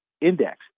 index